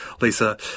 lisa